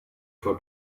for